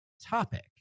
topic